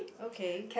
okay